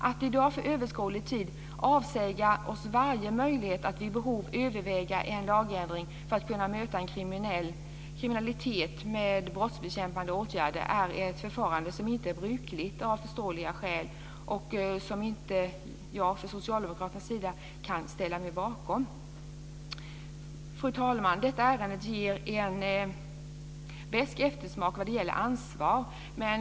Att i dag för överskådlig tid avsäga oss varje möjlighet att vid behov överväga en lagändring för att kunna möta en kriminalitet med brottsbekämpande åtgärder är ett förfarande som av förståeliga skäl inte är brukligt och som jag från socialdemokraternas sida inte kan ställa mig bakom. Fru talman! Detta ärende ger en besk eftersmak när det gäller ansvar.